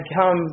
come